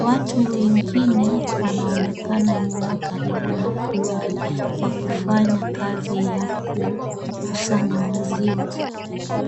Watu wengine wanaonekana nyuma karibu na lori wakifanya kazi ya kukusanya maziwa.